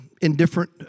indifferent